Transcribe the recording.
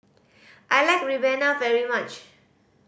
I like ribena very much